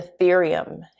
ethereum